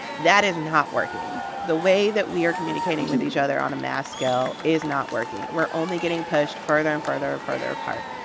that is not working. the way that we are communicating with each other on a mass scale is not working. we're only getting pushed further and further and further apart.